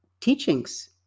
teachings